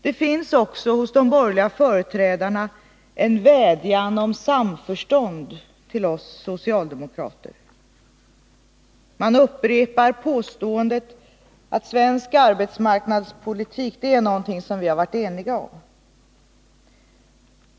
Det finns också hos de borgerliga företrädarna en vädjan om samförstånd till oss socialdemokrater. De upprepar påståendet att svensk arbetsmarknadspolitik, det är någonting som vi har varit eniga om.